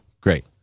Great